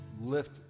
lift